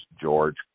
George